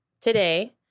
today